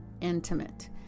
intimate